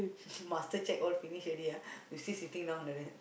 muster check all finish already ah you still sitting down like that